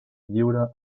lliure